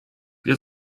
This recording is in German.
wir